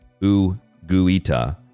Uguita